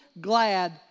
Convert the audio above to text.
glad